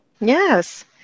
Yes